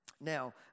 Now